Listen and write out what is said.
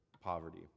poverty